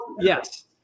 Yes